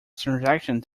transaction